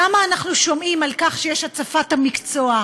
כמה אנחנו שומעים על כך שיש הצפה במקצוע,